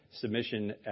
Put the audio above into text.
submission